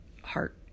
heart